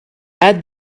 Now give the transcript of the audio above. add